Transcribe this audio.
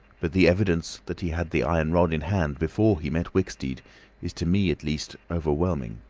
but the evidence that he had the iron rod in hand before he met wicksteed is to me at least overwhelming.